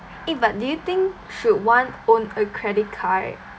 eh but do you think should one own a credit card